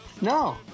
No